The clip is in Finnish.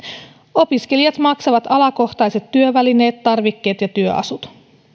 opiskelijat maksavat alakohtaiset työvälineet tarvikkeet ja työasut